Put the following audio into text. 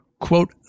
quote